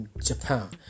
Japan